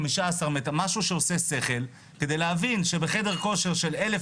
משהו שעושה שכל כדי להבין שבחדר כושר של 1,000